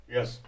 Yes